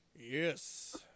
Yes